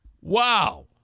Wow